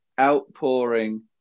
outpouring